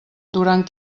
durant